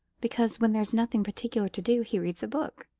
because when there's nothing particular to do he reads a book.